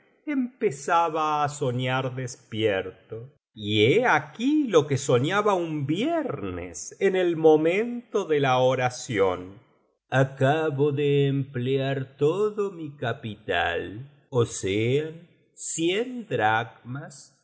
empezaba á soñar despierto y he aquí lo que soñaba un viernes en el momento de la oración acabo de emplear todo mi capital ó sean cien dracmas